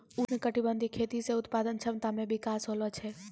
उष्णकटिबंधीय खेती से उत्पादन क्षमता मे विकास होलो छै